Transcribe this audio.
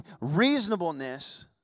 reasonableness